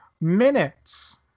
Minutes